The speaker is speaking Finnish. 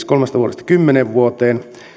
kolmesta vuodesta kymmenen vuoteen